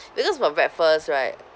because for breakfast right